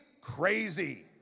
crazy